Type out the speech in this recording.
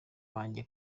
wanjye